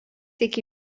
iki